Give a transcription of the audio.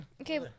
Okay